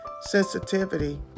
sensitivity